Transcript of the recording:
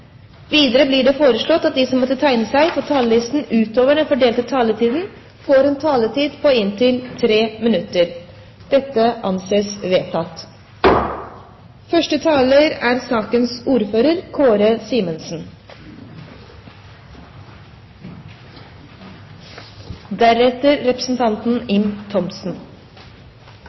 Videre blir det foreslått at de som måtte tegne seg på talerlisten utover den fordelte taletid, får en taletid på inntil 3 minutter. – Det anses vedtatt.